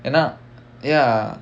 and uh ya